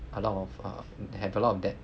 a lot of err have a lot of debt